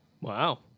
Wow